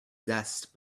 zest